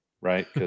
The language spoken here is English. right